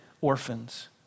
orphans